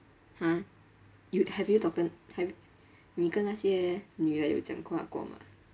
!huh! you have you talked have 你跟那些人讲话过吗